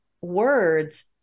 words